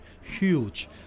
huge